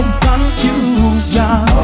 confusion